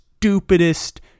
stupidest